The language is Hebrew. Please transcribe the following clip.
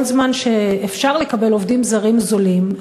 כל זמן שאפשר לקבל עובדים זרים זולים,